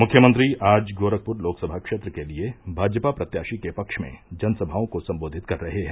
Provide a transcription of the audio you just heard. मुख्यमंत्री आज गोरखपुर लोकसभा क्षेत्र के लिये भाजपा प्रत्याशी के पक्ष में जनसभाओं को सम्बोधित कर रहे हैं